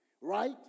Right